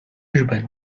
日本